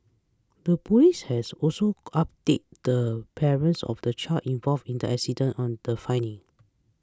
the police has also updated the parents of the child involved in the incident on the findings